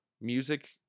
music